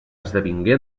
esdevingué